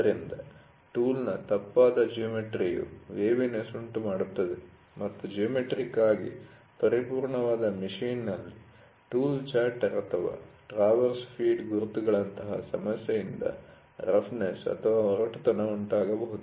ಆದ್ದರಿಂದ ಟೂಲ್'ನ ತಪ್ಪಾದ ಜಿಯೋಮೆಟ್ರಿಯು ವೇವಿನೆಸ್ ಉಂಟುಮಾಡುತ್ತದೆ ಮತ್ತು ಜಿಯೋಮೆಟ್ರಿಕ್ ಆಗಿ ಪರಿಪೂರ್ಣವಾದ ಮಷೀನ್'ನಲ್ಲಿ ಟೂಲ್ ಚಾಟರ್ ಅಥವಾ ಟ್ರಾವರ್ಸ್ ಫೀಡ್ ಗುರುತುಗಳಂತಹ ಸಮಸ್ಯೆಯಿಂದ ರಫ್ನೆಸ್ಒರಟುತನ ಉಂಟಾಗಬಹುದು